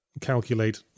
calculate